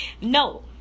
no